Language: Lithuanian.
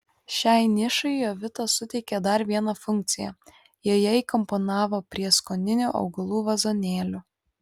šiai nišai jovita suteikė dar vieną funkciją joje įkomponavo prieskoninių augalų vazonėlių